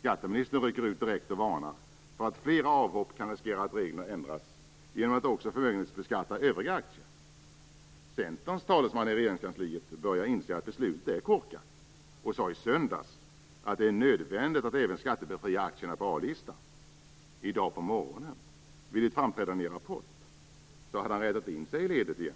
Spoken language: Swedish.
Skatteministern rycker ut direkt och varnar för att flera avhopp kan riskera att reglerna ändras så att också övriga aktier förmögenhetsbeskattas. Centerns talesman i Regeringskansliet börjar inse att beslutet är korkat och sade i söndags att det är nödvändigt att även skattebefria aktierna på A-listan. I dag på morgonen vid ett framträdande i Rapport hade han rättat in sig i ledet igen.